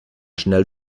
schnell